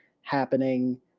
happening